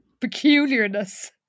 peculiarness